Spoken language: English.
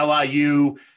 LIU